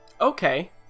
Okay